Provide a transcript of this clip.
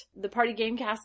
thepartygamecast